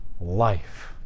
life